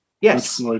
yes